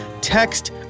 text